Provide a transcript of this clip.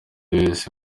wese